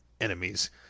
enemies